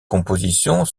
compositions